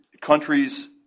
countries